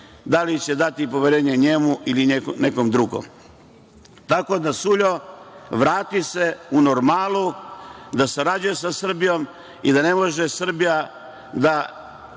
da li će dati poverenje njemu ili nekom drugom. Tako da, Suljo, vrati se u normalu, da sarađuješ sa Srbijom i da ne može Srbija pet